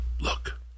look